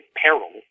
peril